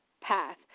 path